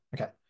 Okay